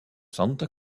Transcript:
santa